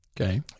Okay